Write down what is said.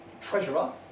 treasurer